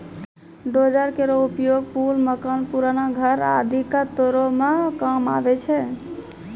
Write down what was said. dozer केरो उपयोग पुल, मकान, पुराना घर आदि क तोरै म काम आवै छै